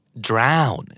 drown